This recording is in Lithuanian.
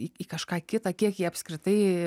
į į kažką kitą kiek jie apskritai